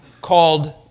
called